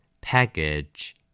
package